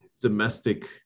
domestic